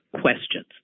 questions